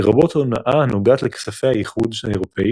לרבות הונאה הנוגעת לכספי האיחוד האירופי